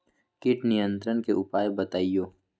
किट नियंत्रण के उपाय बतइयो?